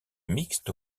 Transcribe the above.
mixte